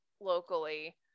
locally